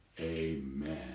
amen